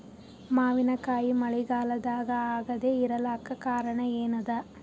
ಮಾವಿನಕಾಯಿ ಮಳಿಗಾಲದಾಗ ಆಗದೆ ಇರಲಾಕ ಕಾರಣ ಏನದ?